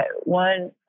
one